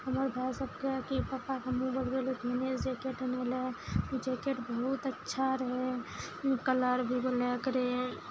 हमर भाइ सबके कि पप्पा हमहुँ बोलबै लऽ कि जैकेट आनै लए जैकेट बहुत अच्छा रहै कलर भी ब्लैक रहै